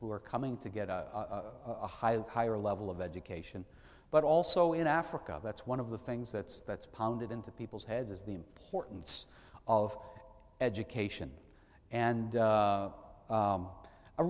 who are coming to get a higher level of education but also in africa that's one of the things that's that's pounded into people's heads is the importance of education and